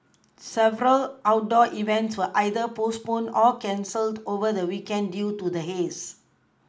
several outdoor events were either postponed or cancelled over the weekend due to the haze